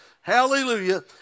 hallelujah